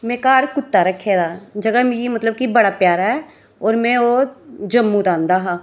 में घर कुत्ता रक्खे दा जेह्का मिगी मतलब कि बड़ा प्यारा ऐ और में ओह् जम्मू दा आंह्दा हा